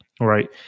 right